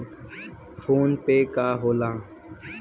PhonePe का होला?